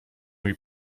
mój